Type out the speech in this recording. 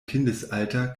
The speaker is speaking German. kindesalter